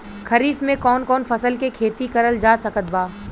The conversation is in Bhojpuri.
खरीफ मे कौन कौन फसल के खेती करल जा सकत बा?